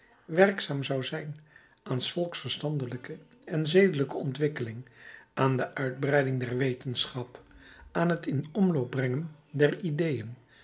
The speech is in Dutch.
werkzaam zou zijn aan s volks verstandelijke en zedelijke ontwikkeling aan de uitbreiding der wetenschap aan het in omloop brengen der ideeën